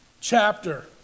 chapter